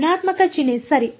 ಋಣಾತ್ಮಕ ಚಿಹ್ನೆ ಸರಿ